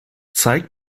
zeige